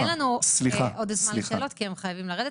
אין לנו עודף זמן לשאלות כי הם חייבים לרדת.